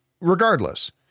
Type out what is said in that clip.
Regardless